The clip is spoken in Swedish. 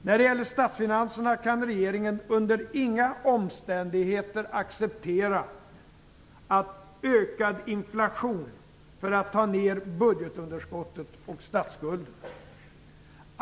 När det gäller statsfinanserna kan regeringen under inga omständigheter acceptera ökad inflation för att ta ned budgetunderskottet och statsskulden.